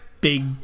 big